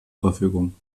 verfügung